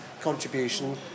contribution